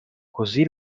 così